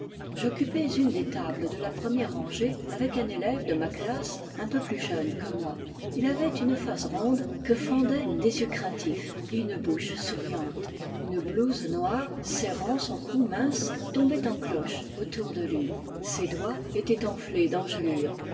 j'occupais une des tables de la première rangée avec un élève de ma classe un peu plus jeune que moi il avait une face ronde que fendaient des yeux craintifs et une bouche souriante une blouse noire serrant son cou mince tombait en cloche autour de lui ses doigts étaient enflés d'engelures